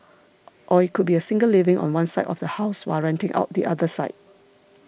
or it could be a single living on one side of the house while renting out the other side